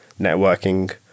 networking